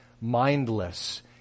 Mindless